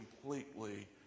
completely